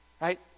right